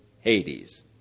Hades